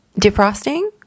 defrosting